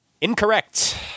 Incorrect